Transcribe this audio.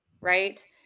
right